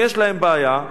אם יש להם בעיה,